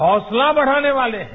हौसला बढ़ाने वाले हैं